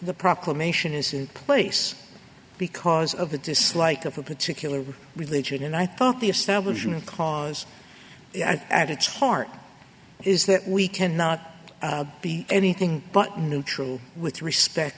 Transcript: the proclamation is in place because of a dislike of a particular religion and i thought the establishment clause and its heart is that we cannot be anything but neutral with respect